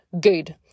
good